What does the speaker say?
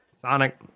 Sonic